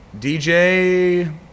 DJ